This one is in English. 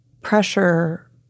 pressure